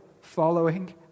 following